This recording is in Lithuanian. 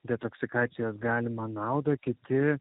detoksikacijos galimą naudą kiti